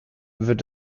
wird